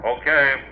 Okay